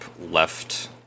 left